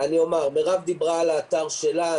מירב דיברה על האתר שלה.